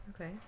Okay